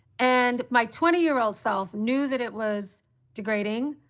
and my twenty year old self knew that it was degrading,